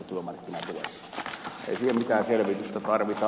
ei siihen mitään selvitystä tarvita